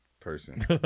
person